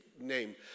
name